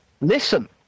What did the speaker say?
listen